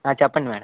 చెప్పండి మేడం